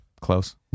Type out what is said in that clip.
Close